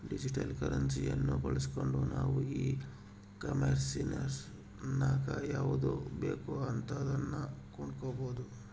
digital ಕರೆನ್ಸಿಯನ್ನ ಬಳಸ್ಗಂಡು ನಾವು ಈ ಕಾಂಮೆರ್ಸಿನಗ ಯಾವುದು ಬೇಕೋ ಅಂತದನ್ನ ಕೊಂಡಕಬೊದು